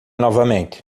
novamente